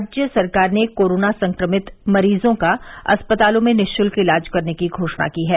राज्य सरकार ने कोरोना संक्रमित मरीजों का अस्पतालों में निःशुल्क इलाज करने की घोषणा की है